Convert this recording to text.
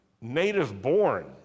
native-born